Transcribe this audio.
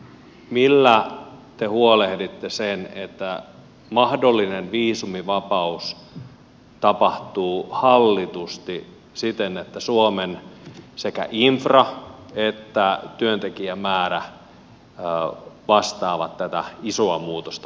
millä te huolehditte sen että mahdollinen viisumivapaus tapahtuu hallitusti siten että suomen sekä infra että työntekijämäärä vastaavat tätä isoa muutosta mikä on tulossa